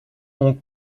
ont